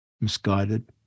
misguided